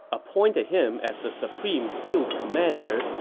appointed him as the supreme field commander,